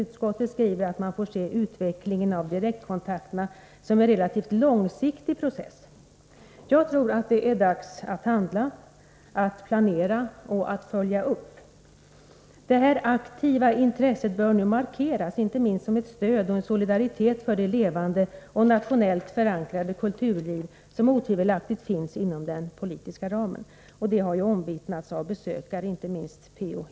Utskottet skriver att man får se utvecklingen av direktkontakterna som en relativt långsiktig process. Jag tror det är dags att planera att handla, och att följa upp. Detta aktiva intresse bör nu markeras, inte minst som ett stöd och en solidaritet för det levande och nationellt förankrade kulturliv som otvivelaktigt finns inom den politiska ramen. Det har omvittnats av besökare; inte minst P.-O.